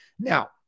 Now